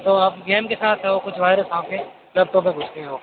तो अब गेम के साथ हो कुछ वायरस आपके लैपटॉप में घुस गए होंगे